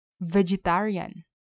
Vegetarian